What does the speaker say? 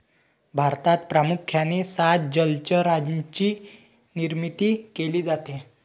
भारतात प्रामुख्याने सात जलचरांची निर्मिती केली जाते